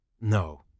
No